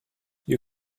you